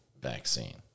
vaccine